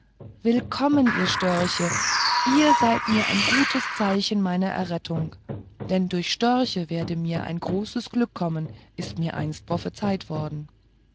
willkommen ihr störche ihr seid mir ein gutes zeichen meiner errettung denn durch störche werde mir ein großes glück kommen ist mir einst prophezeit worden